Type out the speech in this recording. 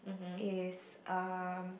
if um